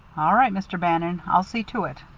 all right, mr. bannon. i'll see to it.